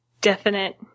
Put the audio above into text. definite